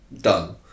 done